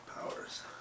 powers